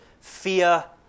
Fear